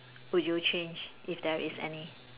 would you change if there is any